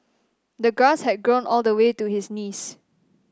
the grass had grown all the way to his knees